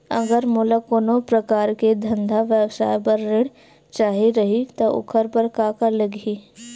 अगर मोला कोनो प्रकार के धंधा व्यवसाय पर ऋण चाही रहि त ओखर बर का का लगही?